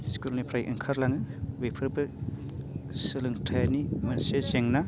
स्कुलनिफ्राय ओंखारलाङो बेफोरबो सोलोंथायनि मोनसे जेंना